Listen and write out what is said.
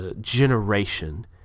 generation